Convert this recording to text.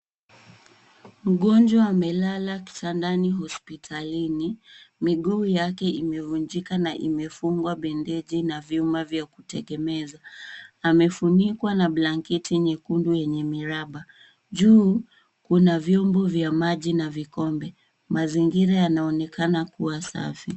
Mgonjwa amelala kitandani hospitalini miguu yake imevunjika na imefungwa bendeji na vyuma vya kutegemeza. Amefunikwa na blanketi nyekundu yenye miraba, juu kuna vyombo vya maji na vikombe. Mazingira yanaonekana kuwa safi.